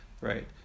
right